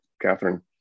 Catherine